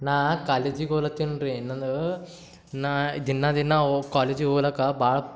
ನಾನು ಕಾಲೇಜಿಗೆ ಹೋಗ್ಲತ್ತೇನೆ ರೀ ನಂದು ನಾನು ದಿನಾ ದಿನಾ ಓ ಕಾಲೇಜಿಗೆ ಹೋಲಾಕ್ಕ ಭಾಳ